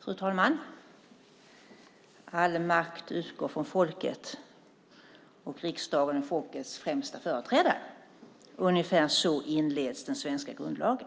Fru talman! All makt utgår från folket, och riksdagen är folkets främsta företrädare. Ungefär så inleds den svenska grundlagen.